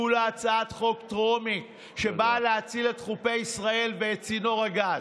כולה הצעת חוק טרומית שבאה להציל את חופי ישראל ואת צינור הגז.